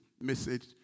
message